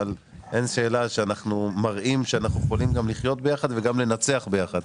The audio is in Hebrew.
אבל אין שאלה שאנחנו מראים שאנחנו יכולים גם לחיות ביחד ולגם לנצח ביחד.